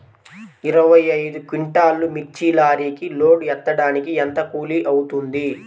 ఇరవై ఐదు క్వింటాల్లు మిర్చి లారీకి లోడ్ ఎత్తడానికి ఎంత కూలి అవుతుంది?